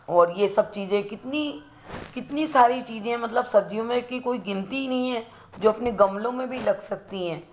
और यह सब चीज़ें कितनी कितनी सारी चीज़ें मतलब सब्ज़ियों में की कोई गिनती ही नहीं है जो अपने गमलों में भी लग सकती हैं